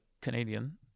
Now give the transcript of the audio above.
Canadian